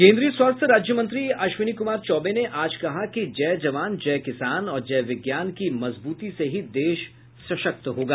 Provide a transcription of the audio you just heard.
केन्द्रीय स्वास्थ्य राज्यमंत्री अश्विनी कुमार चौबे ने आज कहा कि जय जवान जय किसान और जय विज्ञान की मजबूती से ही देश सशक्त होगा